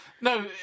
No